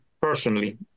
personally